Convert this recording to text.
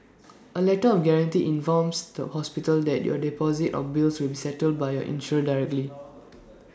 A letter of guarantee informs the hospital that your deposit or bills will be settled by your insurer directly